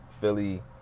Philly